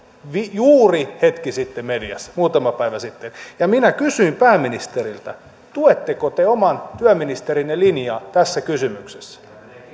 juuri hetki sitten mediassa muutama päivä sitten ja minä kysyn pääministeriltä tuetteko te oman työministerinne linjaa tässä kysymyksessä